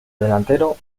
delantero